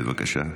בבקשה.